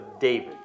David